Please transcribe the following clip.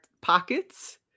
pockets